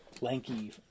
lanky